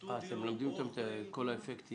סטודיו --- אתם מלמדים אותם את כל האפקטים?